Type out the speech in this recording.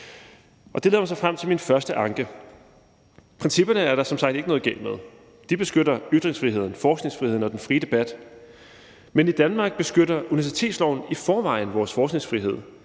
Det leder mig så frem til min første anke. Principperne er der som sagt ikke noget galt med. De beskytter ytringsfriheden, forskningsfriheden og den frie debat, men i Danmark beskytter universitetsloven i forvejen vores forskningsfrihed.